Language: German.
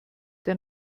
der